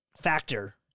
factor